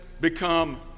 become